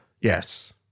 Yes